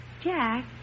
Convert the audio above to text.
Jack